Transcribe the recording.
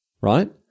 right